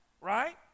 Right